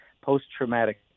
Post-traumatic